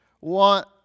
want